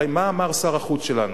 הרי מה אמר שר החוץ שלנו?